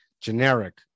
generic